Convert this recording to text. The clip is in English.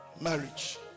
marriage